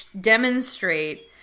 demonstrate